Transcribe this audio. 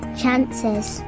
chances